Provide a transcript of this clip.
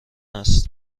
است